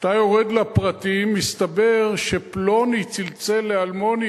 כשאתה יורד לפרטים מסתבר שפלוני צלצל לאלמוני